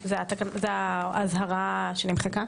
זו האזהרה שנמחקה.